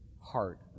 heart